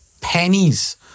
pennies